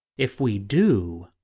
if we do,